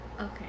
Okay